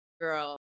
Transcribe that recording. girl